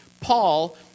Paul